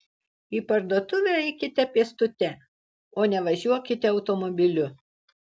į parduotuvę eikite pėstute o ne važiuokite automobiliu